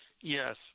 Yes